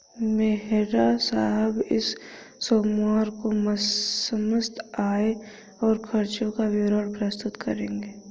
मेहरा साहब इस सोमवार को समस्त आय और खर्चों का विवरण प्रस्तुत करेंगे